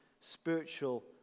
spiritual